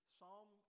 Psalm